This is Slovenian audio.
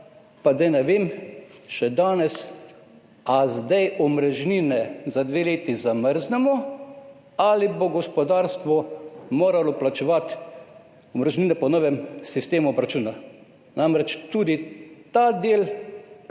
še danes ne vem, ali zdaj omrežnine za dve leti zamrznemo ali bo gospodarstvo moralo plačevati omrežnine po novem sistemu obračuna. Namreč, tudi ta del,